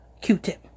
Q-Tip